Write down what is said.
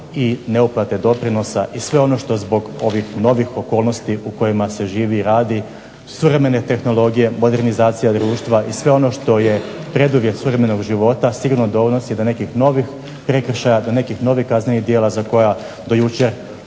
neuplata doprinosa i sve ono što zbog ovih novih okolnosti u kojima se živi i radi, suvremene tehnologije, modernizacija društva i sve ono što je preduvjet suvremenog života sigurno dovodi do nekih novih prekršaja, do nekih novih kaznenih djela za koja do jučer